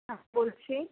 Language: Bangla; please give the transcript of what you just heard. হ্যাঁ বলছি